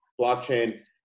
blockchain